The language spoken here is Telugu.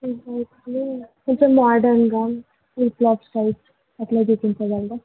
కొంచెం మోడర్నగా ఫ్లిప్ ప్లాప్ స్టైల్ అట్లా చూపించగలరా